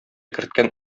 керткән